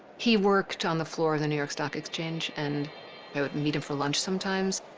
he worked on the floor of the new york stock exchange. and i would meet him for lunch sometimes.